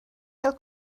gael